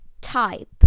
type